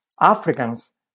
africans